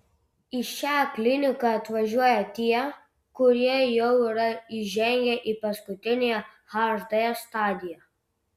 į šią kliniką atvažiuoja tie kurie jau yra įžengę į paskutiniąją hd stadiją